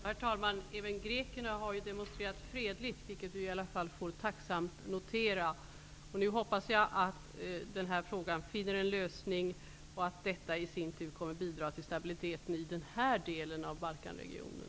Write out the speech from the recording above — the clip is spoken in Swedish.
Herr talman! Även grekerna har ju demonstrerat fredligt, vilket vi i alla fall tacksamt får notera. Nu hoppas jag att detta problem finner en lösning och att detta i sin tur kommer att bidra till stabiliteten i den här delen av Balkanregionen.